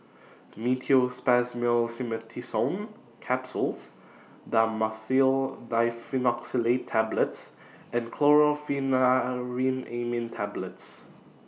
Meteospasmyl Simeticone Capsules Dhamotil Diphenoxylate Tablets and Chlorpheniramine Tablets